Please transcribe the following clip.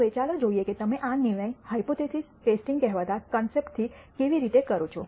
હવે ચાલો જોઈએ કે તમે આ નિર્ણય હાયપોથીસિસ ટેસ્ટિંગ કહેવાતા કોન્સેપ્ટ થી કેવી રીતે કરો છો